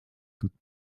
toute